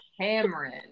Cameron